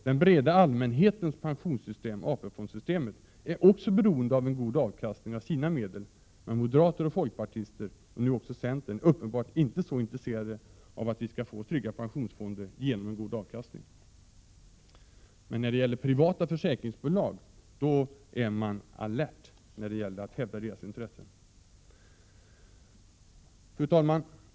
Den breda allmänhetens pensionssystem, AP-fondssystemet, är också beroende av en god avkastning på sina medel. Men moderaterna och folkpartisterna, och nu även centern, är uppenbarligen inte så intresserade av att vi skall få trygga pensionsfonder genom en god avkastning. Men när det gäller privata försäkringsbolag, då är de borgerliga partierna alerta att hävda dessas intressen.